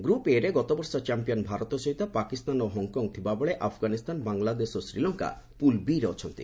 group ଏରେ ଗତବର୍ଷ champion Bharat ସହିତ ପାକିସ୍ତାନ ଓ ହଂକଂ ଥିବାବେଳେ ଆଫଗାନିସ୍ତାନ ବାଂଲାଦେଶ ଓ ଶୀଲଙ୍କା ପୁଲ ବି'ରେ ଅଛନ୍ତି